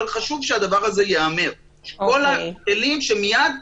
אבל חשוב שהדבר הזה ייאמר: כל הכלים מיד,